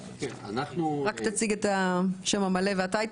תציג את עצמך.